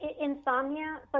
insomnia